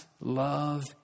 love